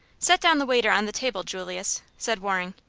set down the waiter on the table, julius, said waring.